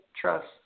Trust